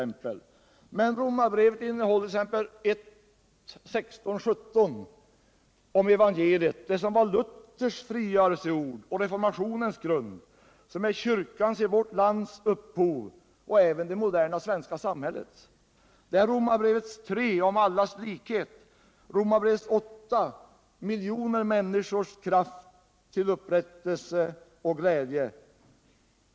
Men Romarbrevet innehåller t.ex. i 1: 16-17 i fråga om evangeliet det som var Luthers frigörelseord och reformationens grund, det som är vår svenska kyrkas upphov och även det moderna svenska samhällets. Det är Romarbrevet 3, kapitlet om allas likhet, och Romarbrevet 8, kapitlet till miljoner människors kraft, upprättelse och glädje.